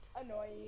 annoying